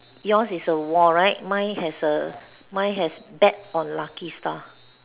yours is a wall right mine has a mine has tap on lucky star